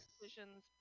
decisions